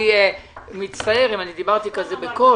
אני מצטער אם דיברתי בקול.